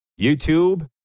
YouTube